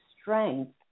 strength